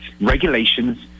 regulations